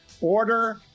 Order